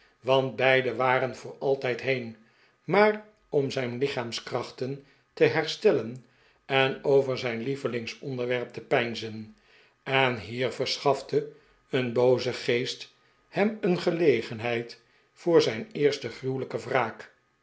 want beide waren voor altijd heen maar om zijn lichaamskrachten te herstellen en over zijn lievelingsonderwerp te peinzen en hier verschafte een booze geest hem een gelegenheid voor zijne eerste gruwelijke wraak